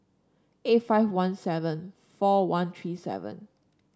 eight five one seven four one three seven